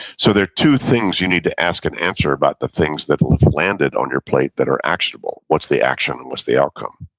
so there are two things you need to ask and answer about the things that landed on your plate that are actionable what's the action and what's the outcome?